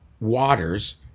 waters